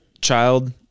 child